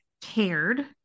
cared